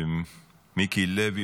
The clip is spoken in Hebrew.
מיקי לוי,